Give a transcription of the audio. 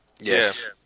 Yes